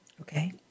Okay